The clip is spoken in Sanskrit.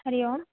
हरिः ओम्